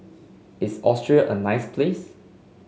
is Austria a nice place